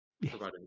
providing